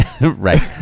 right